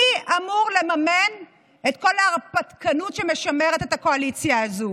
מי אמור לממן את כל ההרפתקנות שמשמרת את הקואליציה הזו?